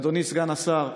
אדוני סגן השר,